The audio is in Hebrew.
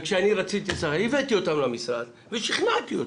וכשאני רציתי, הבאתי אותם למשרד ושכנעתי אותם.